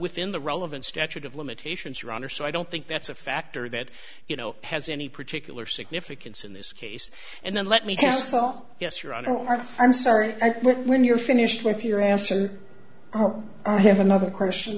within the relevant statute of limitations your honor so i don't think that's a factor that you know has any particular significance in this case and then let me just saw yes you're on our i'm sorry when you're finished with your answer i have another question